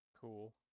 Cool